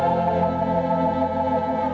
all